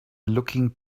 looking